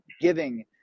giving